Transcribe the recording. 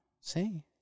See